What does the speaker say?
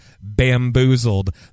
bamboozled